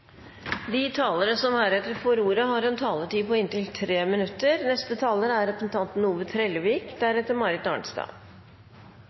De talere som heretter får ordet, har en taletid på inntil 3 minutter. For norsk næringsliv er